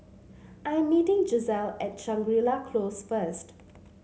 I am meeting Giselle at Shangri La Close first